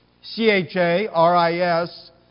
c-h-a-r-i-s